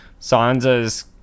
Sansa's